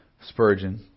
Spurgeon